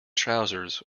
trousers